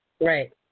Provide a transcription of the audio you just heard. Right